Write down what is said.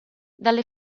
dalle